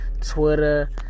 Twitter